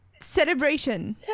celebration